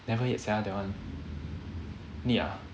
never yet sia that one need ah